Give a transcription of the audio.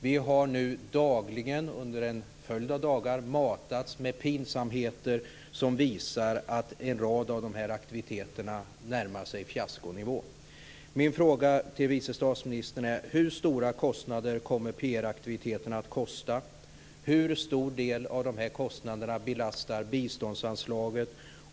Vi har under en följd av dagar matats med pinsamheter som visar att en rad av dessa aktiviteter närmar sig fiaskonivå. Min fråga till vice statsministern är: Hur mycket kommer PR-aktiviteterna att kosta? Hur stor del av dessa kostnader belastar biståndsanslaget?